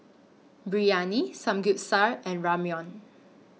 Biryani Samgyeopsal and Ramyeon